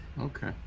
Okay